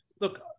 Look